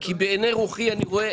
בעיניי רוחי אני רואה